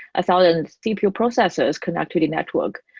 a thousand cpu processors connect to the network,